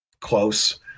close